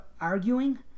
arguing